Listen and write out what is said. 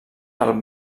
del